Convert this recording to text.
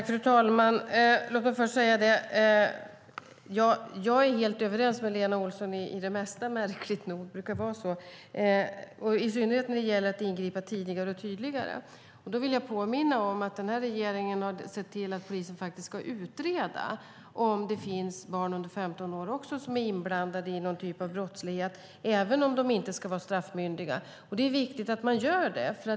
Fru talman! Jag är helt överens med Lena Olsson om det mesta. Märkligt nog brukar det vara så, i synnerhet när det gäller att ingripa tidigare och tydligare. Jag vill påminna om att regeringen har sett till att polisen ska utreda om det finns barn under 15 år som är inblandade i någon typ av brottslighet även om de inte är straffmyndiga. Det är viktigt att man gör det.